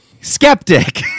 Skeptic